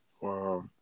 Wow